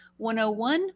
101